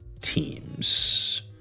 teams